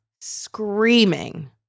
screaming